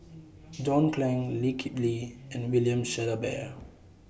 John Clang Lee Kip Lee and William Shellabear